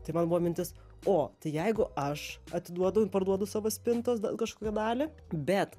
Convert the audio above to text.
tai man buvo mintis o tai jeigu aš atiduodu parduodu savo spintos kažkokią dalį bet